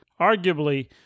Arguably